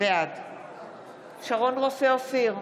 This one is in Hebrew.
בעד שרון רופא אופיר,